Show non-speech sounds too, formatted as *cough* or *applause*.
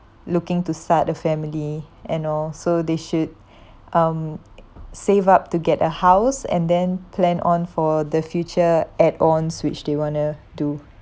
looking to start a family and all so they should um *noise* save up to get a house and then plan on for the future add-ons which they want to do